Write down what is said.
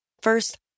First